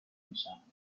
میشوند